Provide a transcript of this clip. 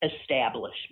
establishment